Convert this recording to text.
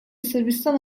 sırbistan